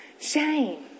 shame